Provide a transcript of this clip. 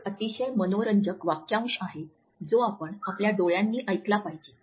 एक अतिशय मनोरंजक वाक्यांश आहे जो आपण आपल्या डोळ्यांनी ऐकला पाहिजे